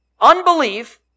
Unbelief